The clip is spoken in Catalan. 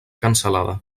cancel·lada